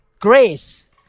grace